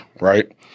right